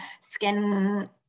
skin